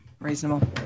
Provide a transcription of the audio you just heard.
reasonable